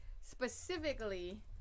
specifically